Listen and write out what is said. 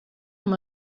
amb